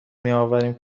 میآوریم